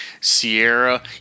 Sierra